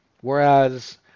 Whereas